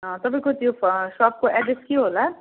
तपाईँको त्यो प सपको एड्रेस के होला